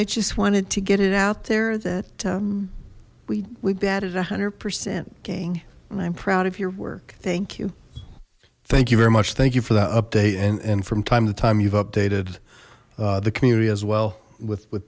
i just wanted to get it out there that we we've added a hundred percent gang i'm proud of your work thank you thank you very much thank you for that update and and from time to time you've updated the community as well with with